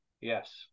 Yes